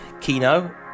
Kino